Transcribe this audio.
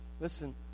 Listen